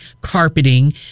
carpeting